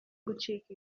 gucika